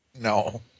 no